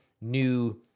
new